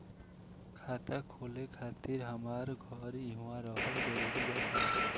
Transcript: खाता खोले खातिर हमार घर इहवा रहल जरूरी बा का?